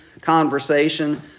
conversation